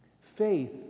Faith